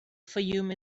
fayoum